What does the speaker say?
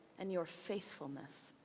and your faithfulness,